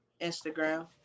Instagram